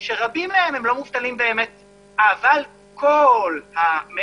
שרבים מהם לא מובטלים באמת אבל כל המעין-מובטלים